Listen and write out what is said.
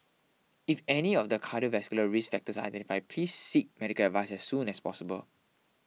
if any of the cardiovascular risk factors are identify please seek medical advice as soon as possible